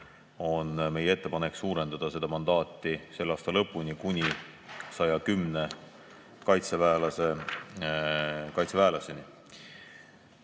on meie ettepanek suurendada seda mandaati selle aasta lõpuni kuni 110 kaitseväelaseni. Täpsemalt